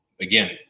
Again